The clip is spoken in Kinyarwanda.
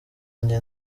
njye